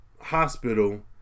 hospital